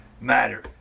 matter